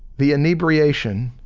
the inebriation,